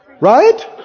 Right